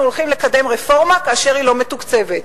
הולכים לקדם רפורמה כאשר היא לא מתוקצבת.